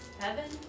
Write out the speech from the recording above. Heaven